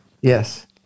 Yes